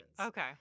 Okay